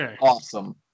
awesome